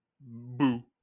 Boo